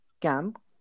Camp